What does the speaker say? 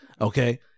Okay